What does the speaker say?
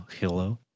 Hello